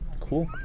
Cool